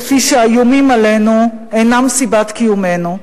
כפי שהאיומים עלינו אינם סיבת קיומנו.